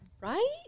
Right